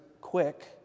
quick